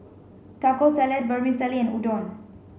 Taco Salad Vermicelli and Udon